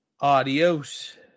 Adios